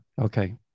Okay